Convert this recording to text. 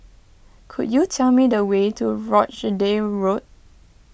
could you tell me the way to Rochdale Road